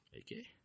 okay